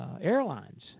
airlines